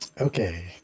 Okay